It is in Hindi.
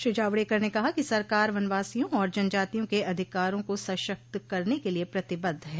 श्री जावड़ेकर ने कहा कि सरकार वनवासियों और जनजातियों के अधिकारों को सशक्त करने के लिए प्रतिबद्ध है